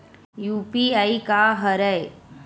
UPI का हरय?